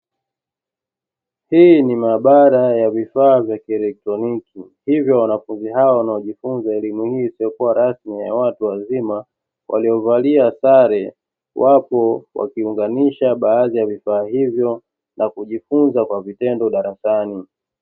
Hii ni maabara ya vifaa vya kielektroniki, hivyo wanafunzi hawa wanaojifunza elimu hii isiyokuwa rasmi ya watu wazima waliovalia sare, wapo wakiunganisha baadhi ya vifaa hivyo na kujifunza kwa vitendo darasani.